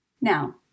Now